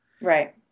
Right